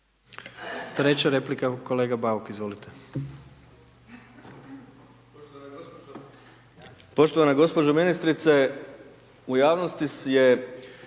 Treća replika, kolega Bauk. Izvolite.